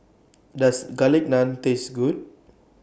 Does Garlic Naan Taste Good